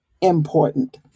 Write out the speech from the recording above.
important